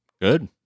Good